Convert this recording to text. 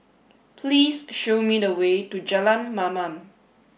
please show me the way to Jalan Mamam